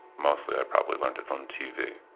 mostly i probably learned it from tv.